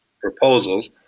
proposals